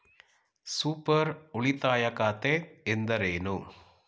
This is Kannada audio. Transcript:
ಸೂಪರ್ ಉಳಿತಾಯ ಖಾತೆ ಎಂದರೇನು?